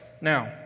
Now